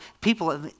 people